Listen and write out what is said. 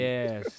Yes